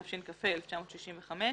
התשכ"ה-1965."